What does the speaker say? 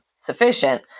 sufficient